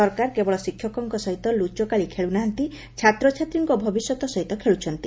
ସରକାର କେବଳ ଶିଷକଙ୍କ ସହିତ ଲୁଚକାଳି ଖେଳୁ ନାହାନ୍ତି ଛାତ୍ରଛାତ୍ରୀଙ୍କ ଭବିଷ୍ୟତ ସହିତ ଖେଳୁଛନ୍ତି